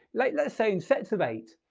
like let's say in sets of eight,